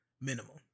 minimum